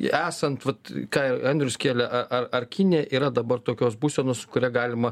esant vat ką ir andrius kėlė ar ar ar kinija yra dabar tokios būsenos su kuria galima